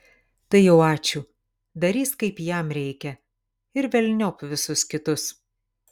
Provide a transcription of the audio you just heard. tai jau ačiū darys kaip jam reikia ir velniop visus kitus